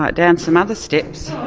but down some other steps